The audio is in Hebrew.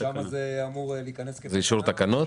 ושם זה אמור להיכנס -- זה אישור תקנות?